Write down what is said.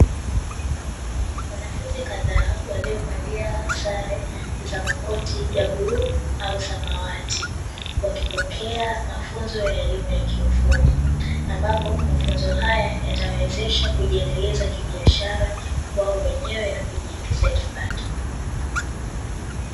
Wanafunzi kadhaa waliovalia sare za makoti ya bluu au samawati wakipokea mafunzo ya elimu ya kiufundi, ambapo mafunzo haya yatawawezesha kujiendeleza kibiashara wao wenyewe na kujiingizia kipato.